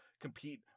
compete